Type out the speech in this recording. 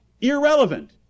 Irrelevant